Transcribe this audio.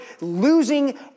losing